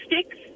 sticks